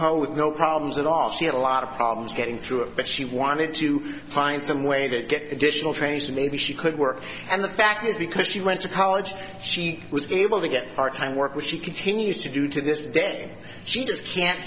ho with no problems at all she had a lot of problems getting through it but she wanted to find some way to get additional trainees maybe she could work and the fact is because she went to college she was able to get part time work which she continues to do to this day she just can't